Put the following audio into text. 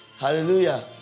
Hallelujah